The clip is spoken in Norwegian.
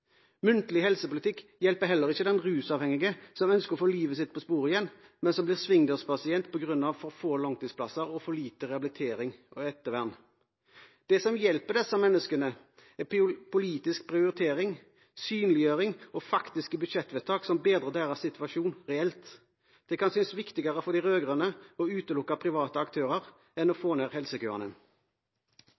Muntlig helsepolitikk hjelper heller ikke den rusavhengige som ønsker å få livet sitt på sporet igjen, men som blir svingdørspasient på grunn av få langtidsplasser og for lite rehabilitering og ettervern. Det som hjelper disse menneskene, er politisk prioritering, synliggjøring og faktiske budsjettvedtak som bedrer deres situasjon reelt. Det kan synes viktigere for de rød-grønne å utelukke private aktører enn å få ned helsekøene.